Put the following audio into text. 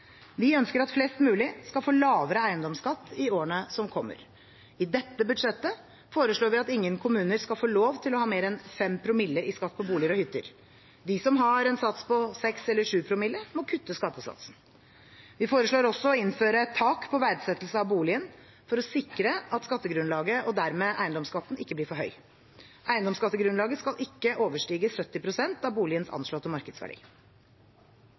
Vi ønsker at flest mulig skal få lavere eiendomsskatt i årene som kommer. I dette budsjettet foreslår vi at ingen kommuner skal få lov til å ha mer enn 5 promille i skatt på boliger og hytter. De som har en sats på 6 eller 7 promille, må kutte skattesatsen. Vi foreslår også å innføre et tak på verdsettelse av boligen for å sikre at skattegrunnlaget og dermed eiendomsskatten ikke blir for høy. Eiendomsskattegrunnlaget skal ikke overstige 70 pst. av boligens anslåtte markedsverdi.